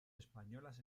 españolas